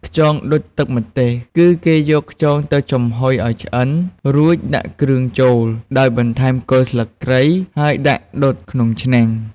ខ្យងដុតទឹកម្ទេស គឺគេយកខ្យងដាក់ចំហុយឲ្យឆ្អិន រួចដាក់គ្រឿងចូល ដោយបន្ថែមគល់ស្លឹកគ្រៃ ហើយដាក់ដុតក្នុងឆ្នាំង ។